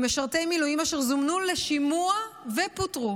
ממשרתי מילואים אשר זומנו לשימוע ופוטרו.